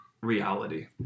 reality